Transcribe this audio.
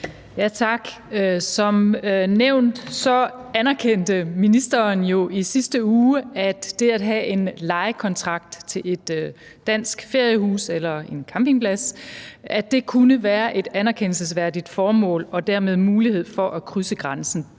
(V): Tak. Som nævnt anerkendte ministeren jo i sidste uge, at det at have en lejekontrakt til et dansk feriehus eller en campingplads kunne være et anerkendelsesværdigt formål og dermed give mulighed for at krydse grænsen.